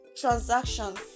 transactions